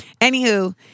anywho